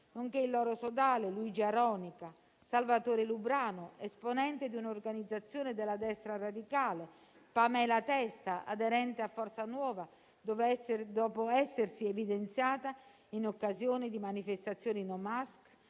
il loro sodale Luigi Aronica, Salvatore Lubrano, esponente di un'organizzazione della destra radicale, e Pamela Testa, aderente a Forza Nuova, dopo essersi evidenziata in occasione di manifestazioni no mask,